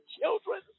children